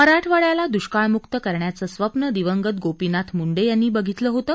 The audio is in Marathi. मराठवाड्याला द्रष्काळमुक्त करण्याचं स्वप्न दिवगंत गोपीनाथ मुंडे यांनी बघितलं होतं